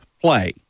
play